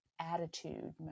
attitude